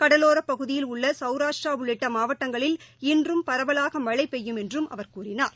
கடலோர பகுதியில் உள்ள சவுராஷ்டிரா உள்ளிட்ட மாவட்டங்களில் இன்றும் பரவலாக மழை பெய்யும் என்றும் அவர் கூறினார்